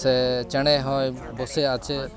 ᱥᱮ ᱪᱮᱬᱮᱦᱚᱸᱭ ᱵᱚᱥᱮ ᱟᱪᱷᱮ